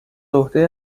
عهده